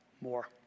more